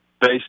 based